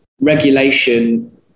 regulation